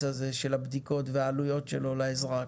הזה של הבדיקות והעלויות שלו לאזרח.